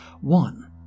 one